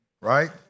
Right